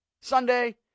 Sunday